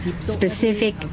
specific